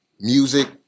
music